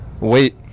Wait